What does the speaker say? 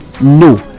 no